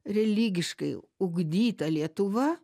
religiškai ugdyta lietuva